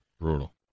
Brutal